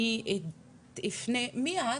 אני אפנה, מי את?